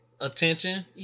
attention